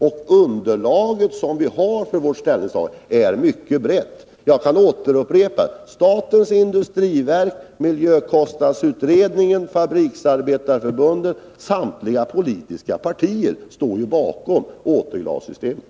Det underlag vi har för vårt ställningstagande är mycket brett. Jag vill upprepa vad jag sade i det sammanhanget: Statens industriverk, miljökostnadsutredningen, Fabriksarbetareförbundet och samtliga politiska partier står bakom förslaget om återglassystemet.